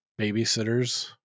babysitters